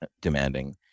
demanding